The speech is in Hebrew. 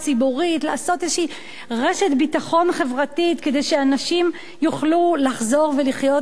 לעשות איזו רשת ביטחון חברתית כדי שאנשים יוכלו לחזור ולחיות בכבוד,